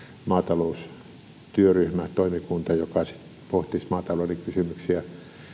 maataloustyöryhmä tai toimikunta joka sitten pohtisi maatalouden kysymyksiä